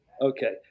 Okay